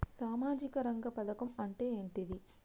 సామాజిక రంగ పథకం అంటే ఏంటిది?